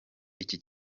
iki